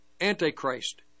Antichrist